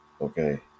okay